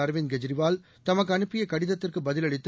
அரவிந்த் கெஜ்ரிவால் தமக்கு அனுப்பிய கடிதத்திற்கு பதிலளித்து